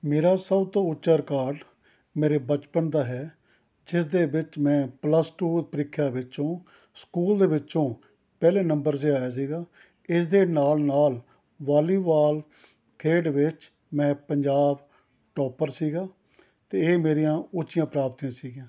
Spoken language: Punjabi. ਮੇਰਾ ਸਭ ਤੋਂ ਉੱਚਾ ਰਿਕਾਰਡ ਮੇਰੇ ਬਚਪਨ ਦਾ ਹੈ ਜਿਸਦੇ ਵਿੱਚ ਮੈਂ ਪਲਸ ਟੂ ਪ੍ਰੀਖਿਆ ਵਿੱਚੋਂ ਸਕੂਲ ਦੇ ਵਿੱਚੋਂ ਪਹਿਲੇ ਨੰਬਰ 'ਤੇ ਆਇਆ ਸੀਗਾ ਇਸਦੇ ਨਾਲ ਨਾਲ ਵਾਲੀਵਾਲ ਖੇਡ ਵਿੱਚ ਮੈਂ ਪੰਜਾਬ ਟੋਪਰ ਸੀਗਾ ਅਤੇ ਇਹ ਮੇਰੀਆਂ ਉੱਚੀਆਂ ਪ੍ਰਾਪਤੀਆਂ ਸੀਗੀਆਂ